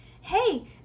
hey